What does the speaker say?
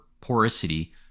porosity